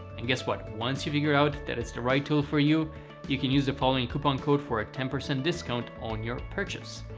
and guess what? once you figure out that it's the right tool for you you can use the following coupon code for a ten percent discount on your purchase.